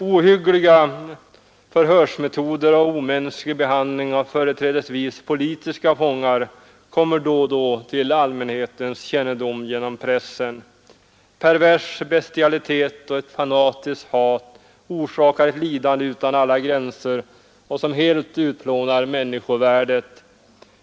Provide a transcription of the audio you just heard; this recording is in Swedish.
Ohyggliga förhörsmetoder och omänsklig behandling av företrädesvis politiska fångar kommer då och då till allmänhetens kännedom genom pressen. Pervers bestialitet och ett fanatiskt hat orsakar ett lidande utan alla gränser och utplånar helt människovärdet.